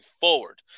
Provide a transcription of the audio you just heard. forward